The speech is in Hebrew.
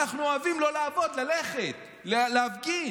אנחנו אוהבים לא לעבוד, ללכת להפגין.